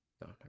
No